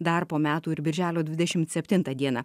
dar po metų ir birželio dvidešim septintą dieną